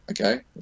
okay